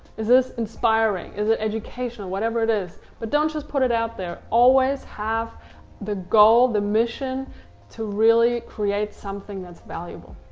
is this inspiring? is it educational? whatever it is. but don't just put it out there. always have the goal, the mission to really create something that's valuable.